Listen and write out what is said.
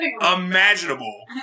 imaginable